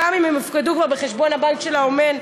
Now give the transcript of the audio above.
אם הופקדו כבר בחשבון הבנק של האומן,